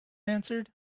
answered